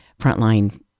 frontline